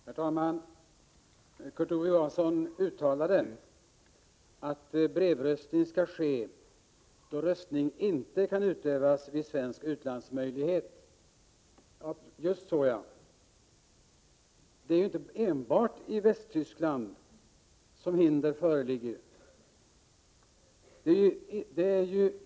Herr talman! Kurt Ove Johansson uttalade att brevröstning skall ske då röstning inte kan utövas vid svensk utlandsmyndighet. Det är ju inte enbart i Västtyskland som hinder föreligger.